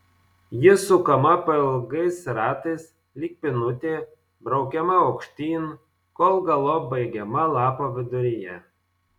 ji sukama pailgais ratais lyg pynutė braukiama aukštyn kol galop baigiama lapo viduryje